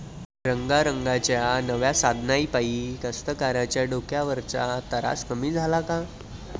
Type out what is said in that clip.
रंगारंगाच्या नव्या साधनाइपाई कास्तकाराइच्या डोक्यावरचा तरास कमी झाला का?